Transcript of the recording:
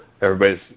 everybody's